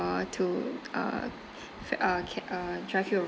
to uh fe~ ca~ uh drive you ar~